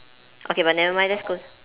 okay but never mind let's go